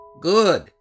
Good